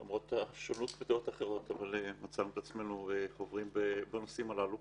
למרות הדעות השונות מצאנו את עצמנו חוברים בנושאים הללו.